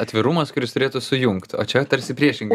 atvirumas kuris turėtų sujungt o čia tarsi priešingai